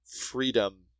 freedom